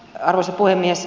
arvoisa puhemies